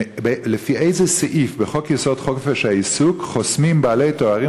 לפי איזה סעיף בחוק-יסוד: חופש העיסוק חוסמים בעלי תארים